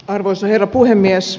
arvoisa herra puhemies